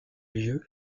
lieu